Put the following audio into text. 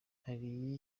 hari